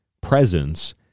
presence